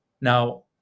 Now